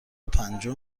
پنجم